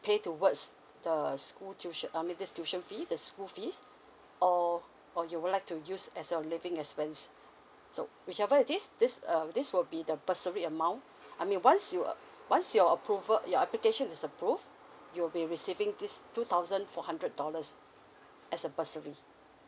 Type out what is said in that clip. pay towards the school tuition I mean this tuition fees the school fees or or you would like to use as your living expense so whichever it is this err this will be the bursary amount I mean once you uh once your approval your application is approved you'll be receiving this two thousand four hundred dollars as a bursary